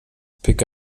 pick